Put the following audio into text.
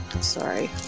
Sorry